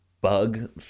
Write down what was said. bug